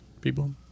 people